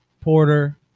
Porter